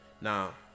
Now